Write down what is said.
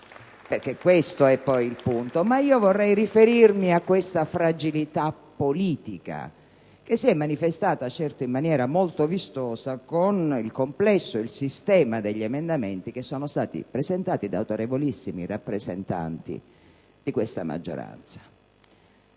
Perché questo poi è il punto. Ma io vorrei riferirmi a questa fragilità politica che si è manifestata certo in maniera molto vistosa con il sistema degli emendamenti che sono stati presentati da autorevolissimi rappresentanti di questa maggioranza.